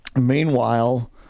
Meanwhile